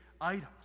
items